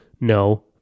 No